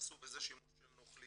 ועשו בזה שימוש של נוכלים?